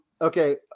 okay